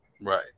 Right